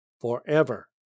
forever